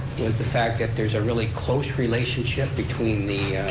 was the fact that there's a really close relationship between the,